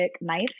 knife